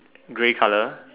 grey color